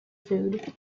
food